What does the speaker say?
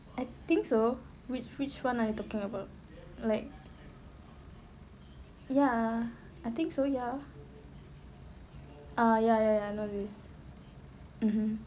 I I think so which which [one] are you talking about like ya I think so ya ah ya ya ya I know this